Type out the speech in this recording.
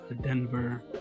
denver